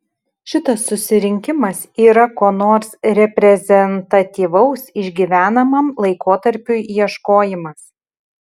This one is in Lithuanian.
šitas susirinkimas yra ko nors reprezentatyvaus išgyvenamam laikotarpiui ieškojimas